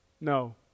No